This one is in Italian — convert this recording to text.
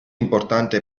importante